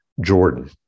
Jordan